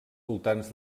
voltants